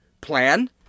plan